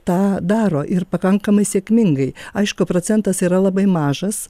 tą daro ir pakankamai sėkmingai aišku procentas yra labai mažas